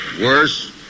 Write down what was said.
Worse